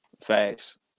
facts